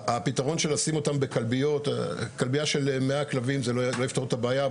הפתרון של לשים אותם בכלביות כלביה של 100 כלבים לא תפתור את הבעיה.